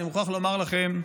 אני מוכרח לומר לכם,